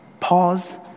Pause